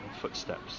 footsteps